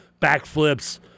backflips